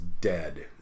dead